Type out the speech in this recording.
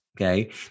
okay